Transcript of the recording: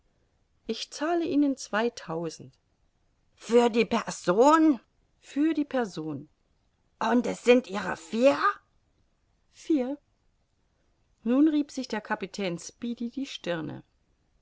ich zahle ihnen zweitausend für die person für die person und es sind ihrer vier vier nun rieb sich der kapitän speedy die stirne